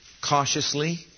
cautiously